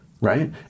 right